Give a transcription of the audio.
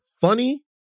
funny